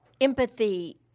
empathy